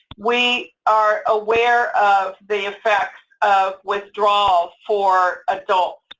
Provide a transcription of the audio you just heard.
we are aware of the effects of withdrawal for adults,